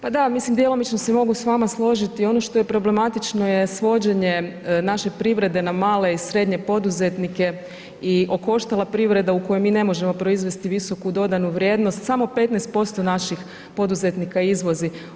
Pa da, mislim djelomično se mogu s vama složiti ono što je problematično je svođenje naše privrede na male i srednje poduzetnike i okoštala privreda u kojoj mi ne možemo proizvesti visoku dodanu vrijednost, samo 15% naših poduzetnika izvozi.